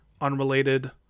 unrelated